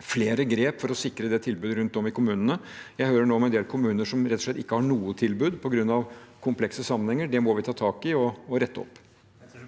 flere grep for å sikre det tilbudet rundt om i kommunene – jeg hører nå om en del kommuner som rett og slett ikke har noe tilbud, på grunn av komplekse sammenhenger. Det må vi ta tak i og rette opp.